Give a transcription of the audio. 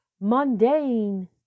mundane